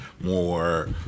more